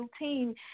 routine